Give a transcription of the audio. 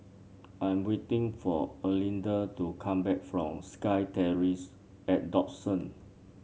I'm waiting for Erlinda to come back from SkyTerrace at Dawson